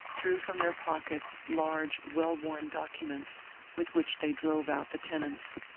drew from their pockets large well-worn documents with which they drove out the tenants.